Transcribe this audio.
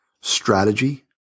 Strategy